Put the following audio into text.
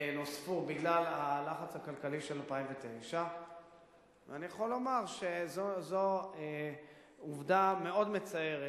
נוספו לו בגלל הלחץ הכלכלי של 2009. אני יכול לומר שזו עובדה מאוד מצערת